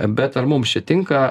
bet ar mums čia tinka